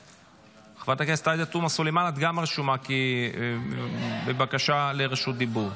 חברת הכנסת עאידה תומא סלימאן את גם רשומה בבקשה לרשות דיבור.